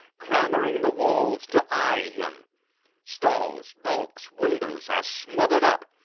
clamb'ring the walls to eye him stalls, bulks, windows, are smother'd up,